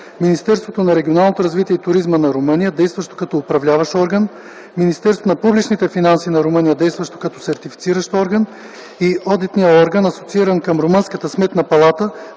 Министерството на регионалното развитие и туризма на Румъния, действащо като Управляващ орган, Министерството на публичните финанси на Румъния, действащо като Сертифициращ орган, и Одитният орган (асоцииран към Румънската сметна палата),